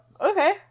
okay